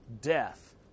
death